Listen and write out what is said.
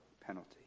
penalty